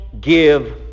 give